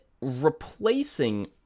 replacing